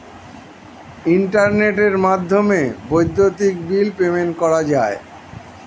ইন্টারনেটের মাধ্যমে বৈদ্যুতিক বিল পেমেন্ট করা যায়